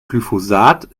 glyphosat